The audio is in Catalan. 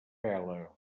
vela